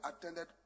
attended